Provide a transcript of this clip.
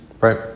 Right